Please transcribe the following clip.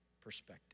perspective